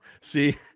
see